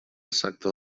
sector